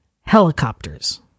helicopters